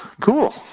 Cool